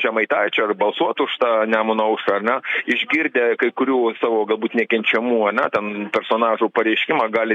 žemaitaičio ar balsuot už tą nemuno aušrą ar ne išgirdę kai kurių savo galbūt nekenčiamų ane ten personažų pareiškimą gali